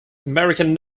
american